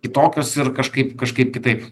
kitokios ir kažkaip kažkaip kitaip